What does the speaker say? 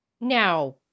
Now